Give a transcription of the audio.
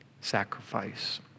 sacrifice